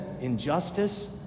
Injustice